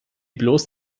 bloß